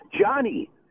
Johnny